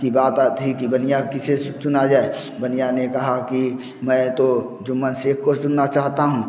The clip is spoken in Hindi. कि बात आती कि बनिया किसे सु चुना जाए बनिया ने कहा कि मैं तो जुम्मन शैख़ को चुनना चाहता हूँ